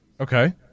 Okay